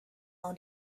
all